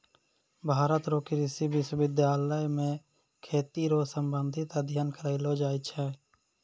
भारत रो कृषि विश्वबिद्यालय मे खेती रो संबंधित अध्ययन करलो जाय छै